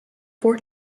four